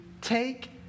take